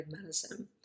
medicine